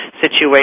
Situation